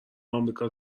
امریکا